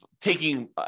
taking